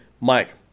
Mike